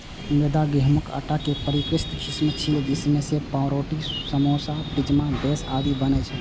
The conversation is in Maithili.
मैदा गहूंमक आटाक परिष्कृत किस्म छियै, जइसे पावरोटी, समोसा, पिज्जा बेस आदि बनै छै